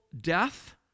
death